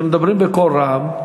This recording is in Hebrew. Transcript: אתם מדברים בקול רם.